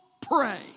pray